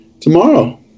tomorrow